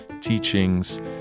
teachings